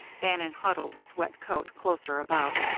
bannon huddled his wet coat closer about